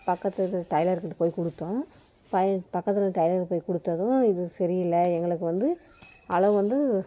பக்கத்தில் இருக்கிற டைலரு கிட்டே போய் கொடுத்தோம் பக்கத்தில் டைலர்ட்ட போய் கொடுத்ததும் இது சரியில்ல எங்களுக்கு வந்து அளவு வந்து